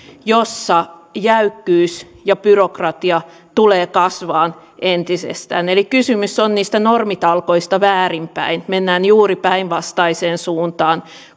jossa jäykkyys ja byrokratia tulee kasvamaan entisestään eli kysymys on normitalkoista väärinpäin mennään juuri päinvastaiseen suuntaan